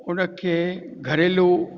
उन खे घरेलू